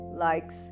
likes